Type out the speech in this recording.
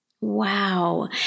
Wow